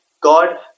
God